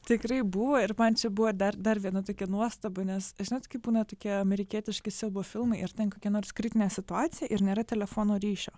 tikrai buvo ir man čia buvo dar dar viena tokia nuostaba nes žinot kai būna tokie amerikietiški siaubo filmai ir ten kokia nors kritinė situacija ir nėra telefono ryšio